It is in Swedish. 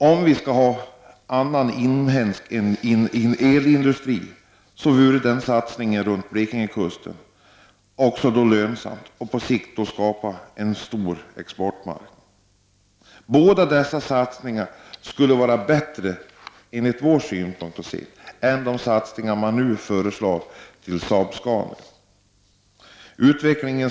Om vi skall ha annan inhemsk kraftindustri än elindustrin skulle satsningen runt Blekingekusten också bli lönsam och på sikt skapa en stor export. Båda dessa satsningar skulle vara bättre, enligt vårt sätt att se, än de satsningar som nu föreslås vid Saab-Scania.